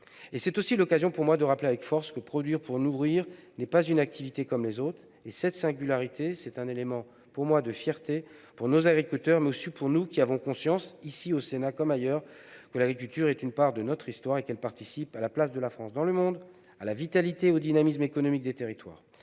C'est l'occasion pour moi de rappeler avec force que produire pour nourrir n'est pas une activité comme une autre. Cette singularité, c'est un élément de fierté pour nos agriculteurs, mais aussi pour nous, qui avons conscience que l'agriculture est une part de notre histoire, qu'elle participe à la place de la France dans le monde, à la vitalité et au dynamisme économique des territoires.